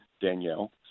Danielle